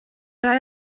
rhai